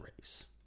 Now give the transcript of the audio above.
race